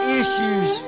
issues